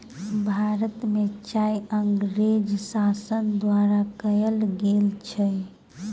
भारत में चाय अँगरेज़ शासन द्वारा कयल गेल छल